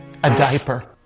a diaper.